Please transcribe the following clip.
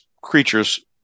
creatures